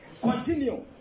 Continue